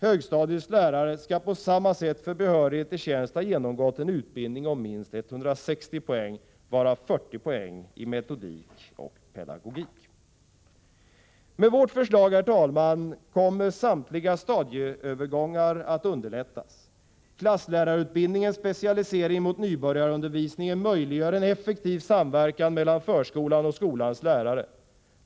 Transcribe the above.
Högstadiets lärare skall på samma sätt för behörighet till tjänst ha genomgått en utbildning om minst 160 poäng, varav 40 poäng i metodik och pedagogik. Med vårt förslag, herr talman, kommer samtliga stadieövergångar att underlättas. Klasslärarutbildningens specialisering mot nybörjarundervisning möjliggör en effektiv samverkan mellan förskolans och grundskolans lärare.